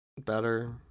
Better